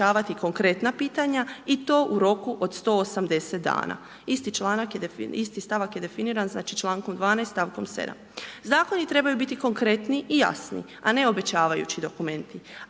konkretna pitanja i to u roku od 180 dana. Isti članak je definiran, isti stavak je definiran znači člankom 12., st. 7. Zakoni trebaju biti konkretni i jasni, a ne obećavajući dokumenti.